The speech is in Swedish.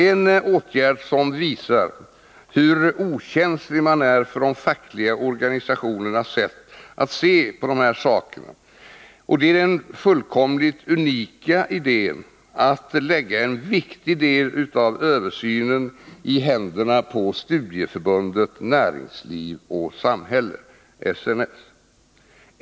En åtgärd som visar hur okänslig man är för de fackliga organisationernas sätt att se på dessa saker är den fullkomligt unika idén att lägga en viktig del av översynen i händerna på Studieförbundet Näringsliv och Samhälle, SNS.